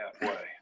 halfway